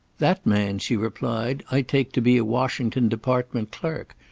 that man, she replied, i take to be a washington department-clerk,